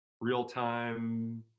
Real-time